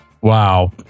Wow